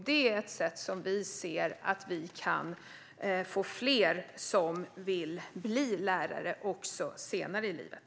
Det är ett sätt att få fler som vill bli lärare även senare i livet.